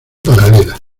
paralela